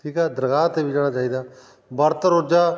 ਠੀਕ ਹੈ ਦਰਗਾਹ 'ਤੇ ਵੀ ਜਾਣਾ ਚਾਹੀਦਾ ਵਰਤ ਰੋਜ਼ਾ